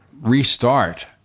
restart